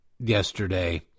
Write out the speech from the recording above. yesterday